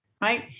right